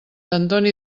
antoni